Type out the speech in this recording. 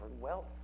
wealth